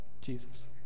Jesus